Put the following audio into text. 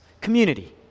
Community